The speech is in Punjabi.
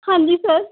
ਹਾਂਜੀ ਸਰ